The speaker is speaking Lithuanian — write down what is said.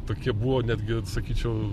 tokie buvo netgi sakyčiau